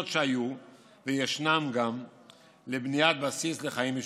שהיו וגם ישנן לבניית בסיס לחיים משותפים,